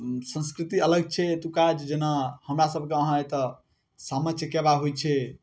संस्कृति अलग छै एतुका जेना हमरा सबके अहाँ एतऽ सामा चकेवा होइ छै